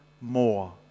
more